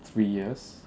three years